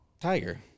Tiger